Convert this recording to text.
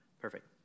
perfect